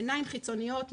עיניים חיצוניות,